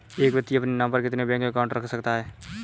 एक व्यक्ति अपने नाम पर कितने बैंक अकाउंट रख सकता है?